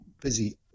busy